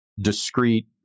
discrete